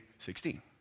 16